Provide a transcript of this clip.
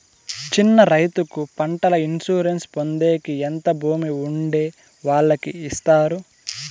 చిన్న రైతుకు పంటల ఇన్సూరెన్సు పొందేకి ఎంత భూమి ఉండే వాళ్ళకి ఇస్తారు?